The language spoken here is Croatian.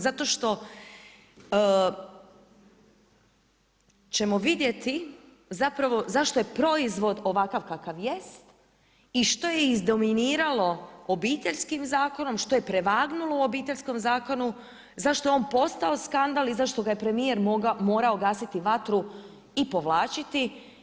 Zato što ćemo vidjeti zapravo zašto je proizvod ovakav kakav jest i što je izdominiralo Obiteljskim zakonom, što je prevagnulo u Obiteljskom zakonu, zašto je on postao skandal i zašto ga je premijer morao gasiti vatru i povlačiti.